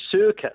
Circuit